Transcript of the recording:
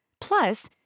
Plus